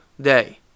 day